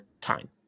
time